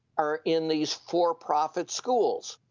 are in these for-profit schools.